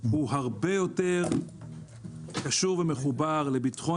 הוא הרבה יותר קשור ומחובר לביטחון